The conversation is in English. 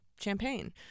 champagne